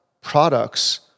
products